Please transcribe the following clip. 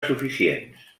suficients